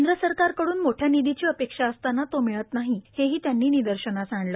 केंद्रसरकारकडून मोठ्या निधीची अपेक्षा असताना तो मिळत नाही हेही त्यांनी निदर्शनास आणलं